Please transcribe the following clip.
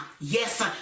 Yes